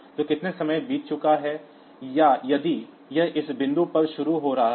तो कितना समय बीत चुका है या यदि यह इस बिंदु पर शुरू हो रहा है